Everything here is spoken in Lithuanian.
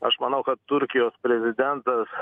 aš manau kad turkijos prezidentas